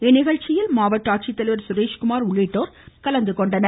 இந்நிகழ்ச்சியில் மாவட்ட ஆட்சித்தலைவர் சுரேஷ்குமார் உள்ளிட்டோர் கலந்துகொண்டனர்